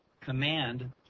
command